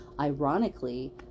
ironically